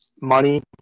money